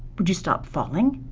would you stop falling?